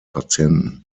patienten